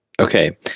Okay